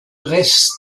reste